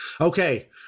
Okay